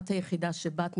את היחידה שבאת,